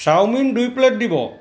chowmein দুই plate দিব